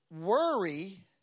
Worry